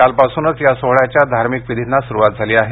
कालपासूनच या सोहळ्याच्या धार्मिक विधींना सुरुवात झाली आहे